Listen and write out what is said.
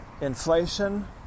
inflation